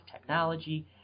technology